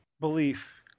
belief